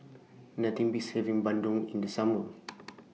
Nothing Beats having Bandung in The Summer